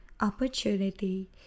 opportunity